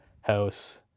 house